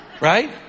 Right